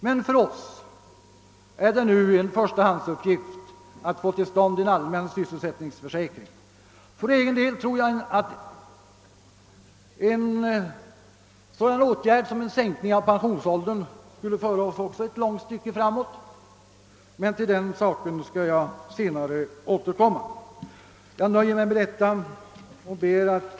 Men för oss är det en förstahandsuppgift att få till stånd en allmän sysselsättningsförsäkring. För egen del tror jag att även en sänkning av pensionsåldern skulle föra ett långt stycke framåt, men till denna sak skall jag senare återkomma. Jag nöjer mig med dessa ord.